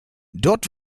dort